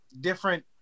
different –